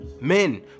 Men